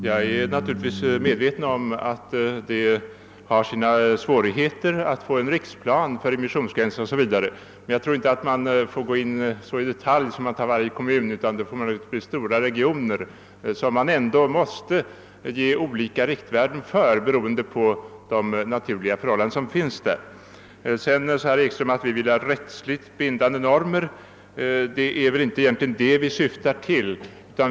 Jag är fullt medveten om att det är svårt att upprätta en riksplan rörande immissionsgränser o.s.v. men jag tror inte man behöver gå in så i detalj att man behandlar varje kommun för sig, utan man får avgränsa stora regioner och fastställa olika riktvärden med hänsyn till de förhållanden som där råder. Herr Ekström sade vidare att reservanterna vill ha rättsligt bindande normer. Det är egentligen inte det vi syftar till.